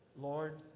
Lord